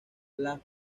las